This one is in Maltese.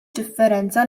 differenza